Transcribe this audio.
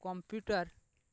computer